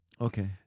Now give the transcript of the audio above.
Okay